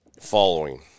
following